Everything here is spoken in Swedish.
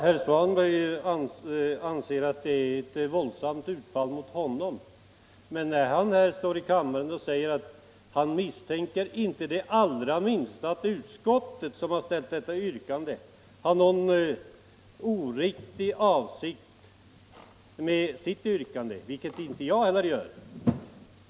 Fru talman! Herr Svanberg anser att jag har gjort ett våldsamt utfall mot honom. Han står här i kammaren och säger att han inte misstänker det allra minsta att utskottet, som har ställt detta yrkande, har någon oriktig avsikt med sitt yrkande — vilket inte heller jag gör.